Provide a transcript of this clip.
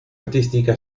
artística